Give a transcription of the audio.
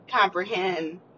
comprehend